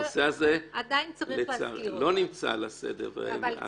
הנושא הזה לא נמצא על הסדר.